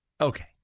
okay